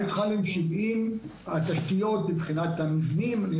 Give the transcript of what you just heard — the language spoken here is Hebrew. אנחנו התחלנו עם 70. אני יכול לעלות ל-120 מבחינת התשתיות והמבנים.